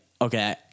okay